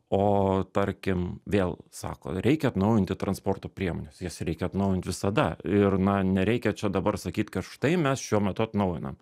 o tarkim vėl sako reikia atnaujinti transporto priemones jas reikia atnaujint visada ir na nereikia čia dabar sakyt kad štai mes šiuo metu atnaujinam